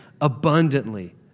abundantly